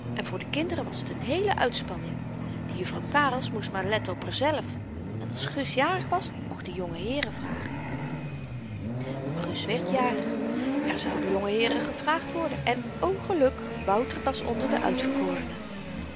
en voor de kinderen was t n heele uitspanning die juffrouw karels moest maar letten op r zelf en als gus jarig was mocht i jongeheeren vragen gus werd jarig er zouden jongeheeren gevraagd worden en o geluk wouter was onder de uitverkorenen